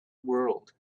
world